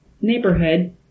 neighborhood